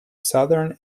southern